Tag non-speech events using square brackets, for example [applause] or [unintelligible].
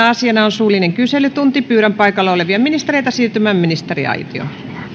[unintelligible] asiana on suullinen kyselytunti pyydän paikalla olevia ministereitä siirtymään ministeriaitioon